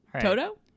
toto